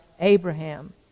Abraham